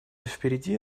впереди